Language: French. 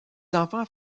enfants